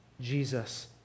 Jesus